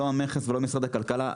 לא המכס ולא משרד הכלכלה,